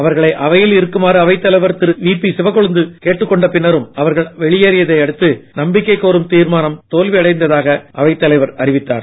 அவர்களை அவையில் இருக்குமாறு அவைத் தலைவர் திரு விபி சிவக்கொழுந்து கேட்டுக் கொண்ட பின்னரும் அவர்கள் வெளியேறியதை அடுத்து நம்பிக்கை கோரும் தீர்மானம் தோல்வி அடைந்ததாக அவைத் தலைவர் அறிவித்தார்